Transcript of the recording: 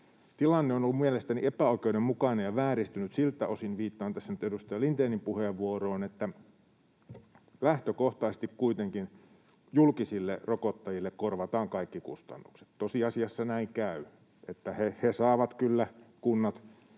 Tilanne on ollut mielestäni epäoikeudenmukainen ja vääristynyt siltä osin — viittaan tässä nyt edustaja Lindénin puheenvuoroon — että lähtökohtaisesti kuitenkin julkisille rokottajille korvataan kaikki kustannukset. Tosiasiassa käy näin, että he saavat kyllä — kunnat,